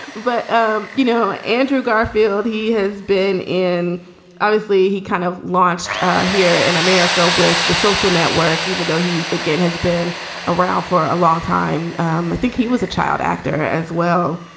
but um you know, andrew garfield, he has been in obviously he kind of launched here in america with the social network, even though he, again, has been around for a long time. i um think he was a child actor as well